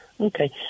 Okay